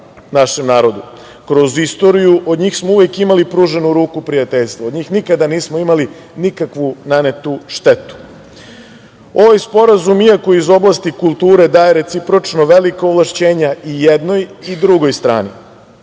našem narodu. Kroz istoriju od njih smo uvek imali pruženu ruku prijateljstva, od njih nikada nismo imali nikakvu nanetu štetu. Ovaj Sporazum, iako je iz oblasti kulture, daje recipročno velika ovlašćenja i jednoj i drugoj strani,